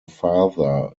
father